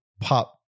pop